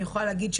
אני יכולה להגיד,